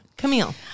Camille